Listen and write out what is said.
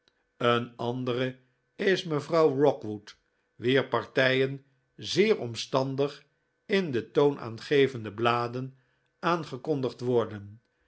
een andere is mevrouw rockwood wier partijen zeer omstandig in de toonaangevende bladen aangekondigd worden